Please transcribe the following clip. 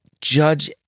judge